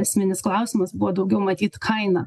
esminis klausimas buvo daugiau matyt kaina